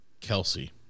Kelsey